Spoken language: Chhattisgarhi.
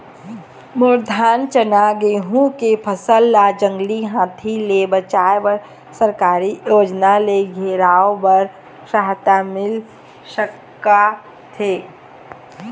मोर धान चना गेहूं के फसल ला जंगली हाथी ले बचाए बर सरकारी योजना ले घेराओ बर सहायता मिल सका थे?